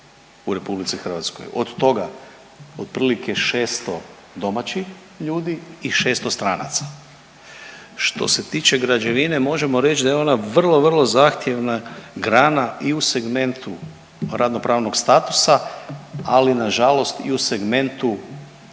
u Republici Hrvatskoj. Od toga otprilike 600 domaćih ljudi i 600 stranaca. Što se tiče građevine možemo reći da je ona vrlo, vrlo zahtjevna grana i u segmentu radnopravnog statusa, ali na žalost i u segmentu